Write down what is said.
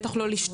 בטח לא לשתות.